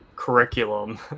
curriculum